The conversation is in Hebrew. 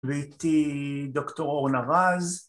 ‫ואיתי דוקטור אורנה רז.